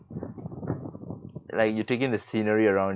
like you take in the scenery around